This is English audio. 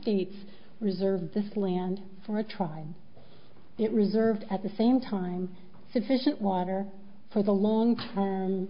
states reserves this land for a tribe it reserves at the same time sufficient water for the long